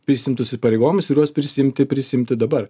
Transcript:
prisiimtus įpareigojimus ir juos prisiimti prisiimti dabar